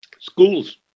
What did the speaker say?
Schools